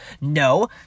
No